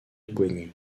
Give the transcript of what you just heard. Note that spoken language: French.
boigny